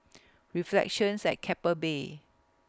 Reflections At Keppel Bay